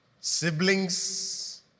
siblings